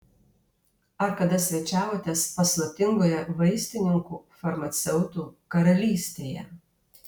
ar kada svečiavotės paslaptingoje vaistininkų farmaceutų karalystėje